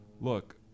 look